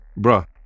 Bruh